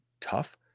tough